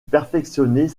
perfectionner